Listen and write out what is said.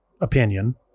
opinion